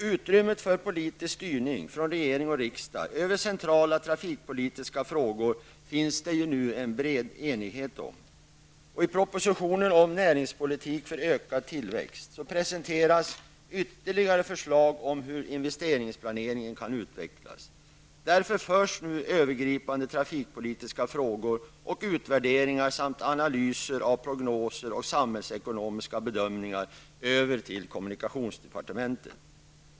Utrymmet för politisk styrning från regering och riksdag över centrala trafikpolitiska frågor råder det nu en bred enighet om. I propositionen om näringspolitik för ökad tillväxt presenteras ytterligare förslag om hur investeringsplaneringen kan utvecklas. Därför förs nu övergripande trafikpolitiska frågor och utvärderingar samt analyser av prognoser och samhällsekonomiska bedömningar över till kommunikationsdepartementet.